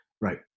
Right